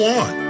on